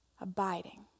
abiding